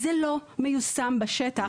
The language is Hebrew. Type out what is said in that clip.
זה לא מיושם בשטח.